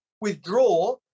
withdraw